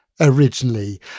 originally